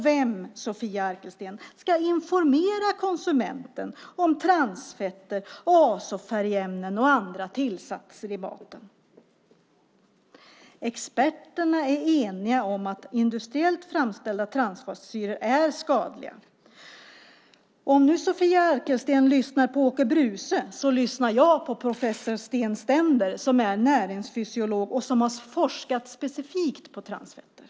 Vem, Sofia Arkelsten, ska informera konsumenten om transfetter, azofärgämnen och andra tillsatser i maten? Experterna är eniga om att industriellt framställda transfettsyror är skadliga. Om Sofia Arkelsten lyssnar på Åke Bruce så lyssnar jag på professor Sten Stender som är näringsfysiolog och som har forskat specifikt om transfetter.